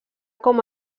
com